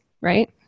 right